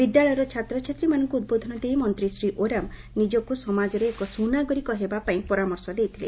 ବିଦ୍ୟାଳୟର ଛାତ୍ରଛାତ୍ରୀମାନଙ୍କୁ ଉଦ୍ବୋଧନ ଦେଇ ମନ୍ତୀ ଶ୍ରୀ ଓରାମ ନିଜକ୍ ସମାଜରେ ଏକ ସ୍ବନାଗରିକ ହେବ ପାଇଁ ପରାମର୍ଶ ଦେଇଥିଲେ